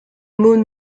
mots